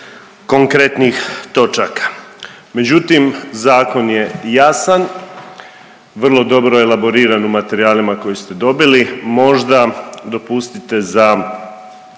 konkretnih točaka. Međutim zakon je jasan, vrlo dobro elaboriran u materijalima koje ste dobili, možda dopustite za